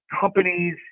companies